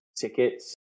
tickets